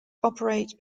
operate